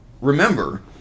remember